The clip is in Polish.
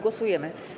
Głosujemy.